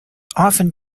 often